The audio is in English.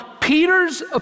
Peter's